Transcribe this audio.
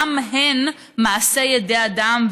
גם הן מעשי ידי אדם,